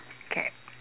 okay